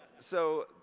so,